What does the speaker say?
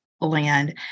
land